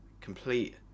complete